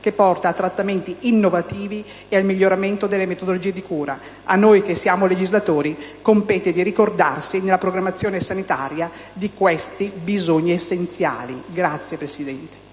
che porta trattamenti innovativi e al miglioramento delle metodologie di cura. A noi legislatori compete di ricordarsi nella programmazione sanitaria di questi bisogni essenziali. *(Applausi